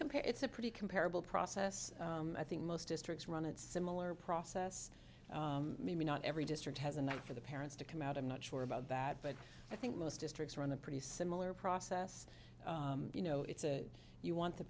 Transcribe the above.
compare it's a pretty comparable process i think most districts run it's similar process maybe not every district has a not for the parents to come out i'm not sure about that but i think most districts around the pretty similar process you know it's a you want the